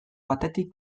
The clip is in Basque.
batetik